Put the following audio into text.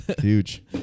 Huge